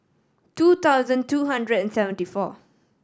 two thousand two hundred and seventy four